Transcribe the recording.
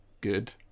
good